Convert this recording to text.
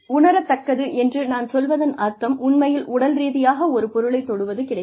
உணரத்தக்கது என்று நான் சொல்வதன் அர்த்தம் உண்மையில் உடல்ரீதியாக ஒரு பொருளைத் தொடுவது கிடையாது